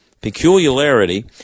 Peculiarity